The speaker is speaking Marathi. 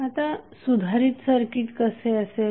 आता सुधारित सर्किट कसे असेल